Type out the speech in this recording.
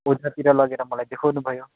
कोठातिर लगेर मलाई देखाउनुभयो